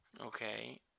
okay